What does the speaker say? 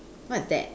what is that